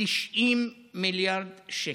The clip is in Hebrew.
90 מיליארד שקלים.